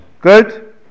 good